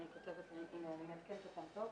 (הישיבה נפסקה בשעה 11:20 ונתחדשה בשעה